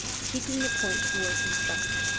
keeping the point towards himself.